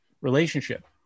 relationship